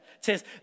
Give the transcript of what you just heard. says